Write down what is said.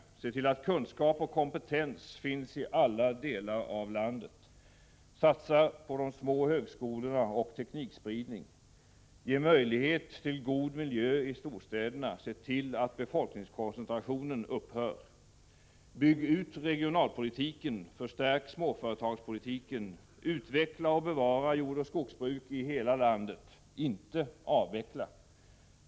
Oo Se till att kunskap och kompetens finns i alla delar av landet. Satsa på de små högskolorna och teknikspridning. Ge möjlighet till god miljö i storstäderna. Se till att befolkningskoncentrationen upphör. Bygg ut regionalpolitiken. Förstärk småföretagspolitiken. Utveckla och bevara jordoch skogsbruk i hela landet, inte avveckla!